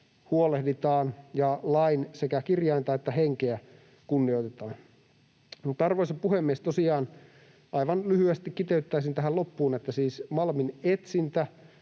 huolehditaan ja että sekä lain kirjainta että sen henkeä kunnioitetaan. Mutta, arvoisa puhemies, tosiaan aivan lyhyesti kiteyttäisin tähän loppuun, että siis malminetsintä